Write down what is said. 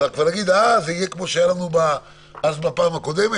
אז נגיד: זה יהיה כמו שהיה לנו בפעם הקודמת,